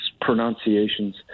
pronunciations